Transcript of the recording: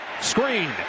Screen